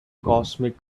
cosmic